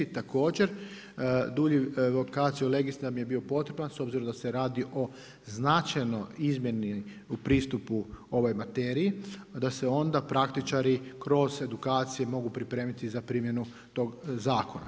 Također dulji vacatio legis nam je bio potreban s obzirom da se radi o značajnoj izmjeni u pristupu ovoj materiji, da se onda praktičari kroz edukacije mogu pripremiti za primjenu tog zakona.